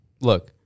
look